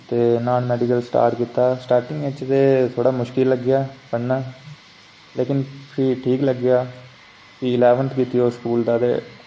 ते नान medical start कीता स्टार्टिंग च ते थोह्ड़ा मुश्कल ई लग्गेआ पढ़ना लेकिन फ्ही ठीक लग्गेआ फ्ही इलैवनथ कीती उस स्कूल दा ते